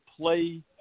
play